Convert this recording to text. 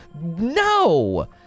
No